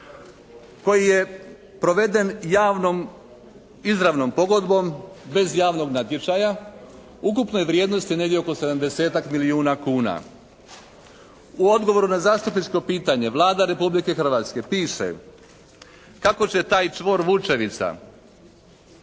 koji je proveden javnom, izravnom pogodbom bez javnog natječaja ukupne vrijednosti negdje oko 70-tak milijuna kuna. U odgovoru na zastupničko pitanje Vlada Republike Hrvatske piše kako će taj čvor Vučevica